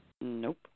Nope